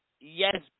yes